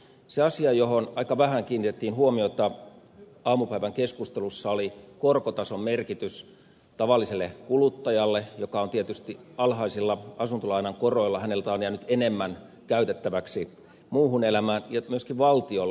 se asia johon aika vähän kiinnitettiin huomiota aamupäivän keskustelussa oli korkotason merkitys tavalliselle kuluttajalle jolle tietysti alhaisilla asuntolainan koroilla on jäänyt enemmän käytettäväksi muuhun elämään ja myöskin valtiolle